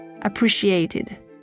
appreciated